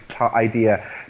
idea